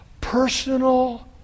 personal